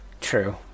True